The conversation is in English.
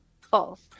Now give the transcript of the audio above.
False